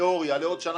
בתיאוריה לעוד שנה,